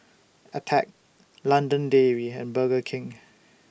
Attack London Dairy and Burger King